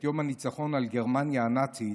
את יום הניצחון על גרמניה הנאצית